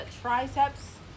triceps